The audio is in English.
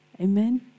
Amen